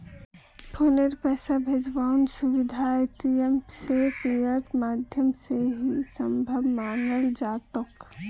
फौरन पैसा भेजवार सुबिधा आईएमपीएसेर माध्यम से ही सम्भब मनाल जातोक